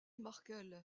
markel